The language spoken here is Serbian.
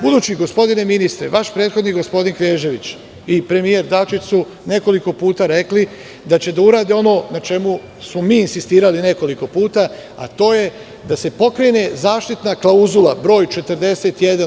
Budući gospodine ministre, vaš prethodnik, gospodin Knežević i premijer Dačić su nekoliko puta rekli da će da urade ono na čemu smo mi insistirali nekoliko puta, a to je da se pokrene zaštitna klauzula br 41.